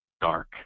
dark